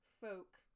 folk